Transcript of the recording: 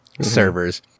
servers